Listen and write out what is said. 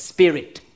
Spirit